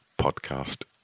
podcast